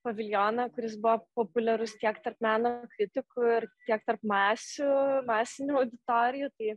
paviljoną kuris buvo populiarus tiek tarp meno kritikų ir tiek tarp masių masinių auditorijų tai